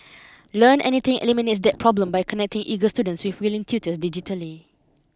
learn anything eliminates that problem by connecting eager students with willing tutors digitally